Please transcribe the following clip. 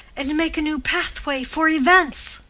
and make a new pathway for events.